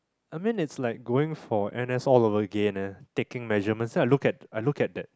I mean is like going for N_S all over again leh taking measurements and then I look at I look at that